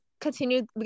continue